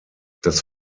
das